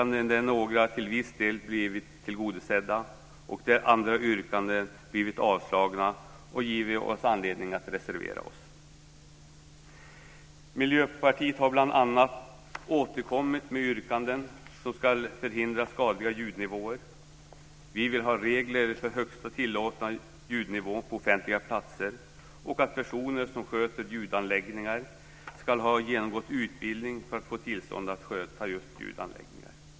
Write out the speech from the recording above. Några har till viss del blivit tillgodosedda, och andra yrkanden har blivit avslagna och givit oss anledning att reservera oss. Miljöpartiet har bl.a. återkommit med yrkanden om att man ska förhindra skadliga ljudnivåer. Vi vill ha regler för högsta tillåtna ljudnivå på offentliga platser och att personer som sköter ljudanläggningar ska ha genomgått utbildning för att få tillstånd att sköta just ljudanläggningar.